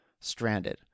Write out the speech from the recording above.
stranded